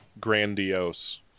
grandiose